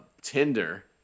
Tinder